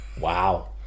Wow